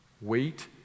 Wait